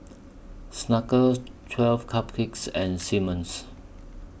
Smuckers twelve Cupcakes and Simmons